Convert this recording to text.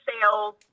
sales